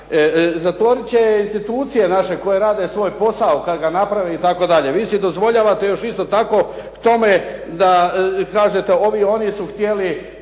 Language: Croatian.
Zatvorit će je institucije naše koje rade svoj posao kad ga napravite itd. Vi si dozvoljavate još isto tako k tome da kažete ovi, oni su htjeli